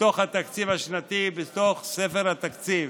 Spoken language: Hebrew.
בתוך התקציב השנתי, בתוך ספר התקציב.